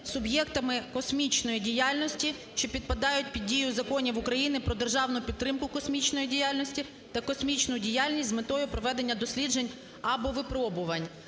суб'єктами космічної діяльності, що підпадають під дію законів України "Про державну підтримку космічної діяльності" та "Про космічну діяльність" з метою проведення досліджень або випробувань.